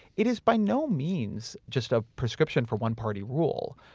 it is by no means just a prescription for one party rule.